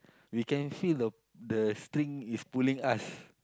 we can feel the the string is pulling us